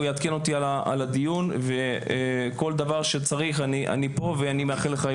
הוא יעדכן אותי על הדיון וכל דבר שצריך אני פה ואני מאחל לך,